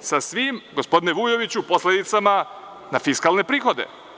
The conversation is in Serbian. sa svim, gospodine Vujoviću, posledicama na fiskalne prihode.